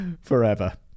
forever